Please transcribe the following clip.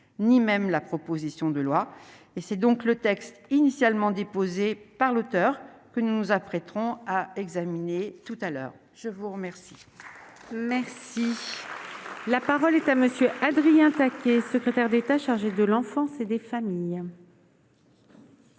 ni même la proposition de loi et c'est donc le texte initialement déposé par l'auteur que nous affréterons à examiner tout à l'heure je vous remercie. Merci, la parole est à monsieur Adrien taquet secrétaire des. Sa chargée de l'enfance et des familles.